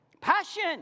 Passion